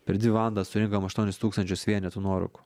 per dvi valandas surinkom aštuonis tūkstančius vienetų nuorūkų